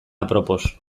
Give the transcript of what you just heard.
apropos